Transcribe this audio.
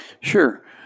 Sure